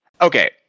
Okay